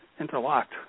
interlocked